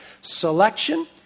Selection